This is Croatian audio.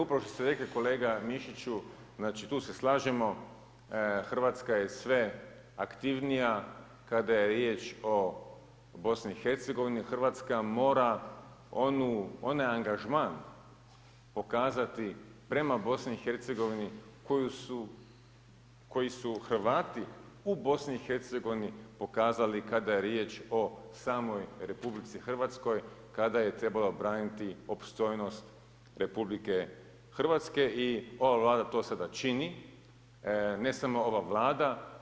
Upravo što ste rekli kolega MIšiću, znači tu se slažemo, Hrvatska je sve aktivnija kada je riječ o BiH. hrvatska mora onaj angažman pokazati prema BiH koji su Hrvati u BiH pokazali kada je riječ o samoj RH kada je trebalo braniti opstojnost RH i ova Vlada to sada čini, ne samo ova Vlada.